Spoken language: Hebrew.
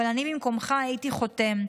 אבל אני במקומך הייתי חותם,